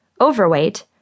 overweight